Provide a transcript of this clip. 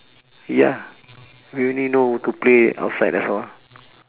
ya we only know to play outside that's all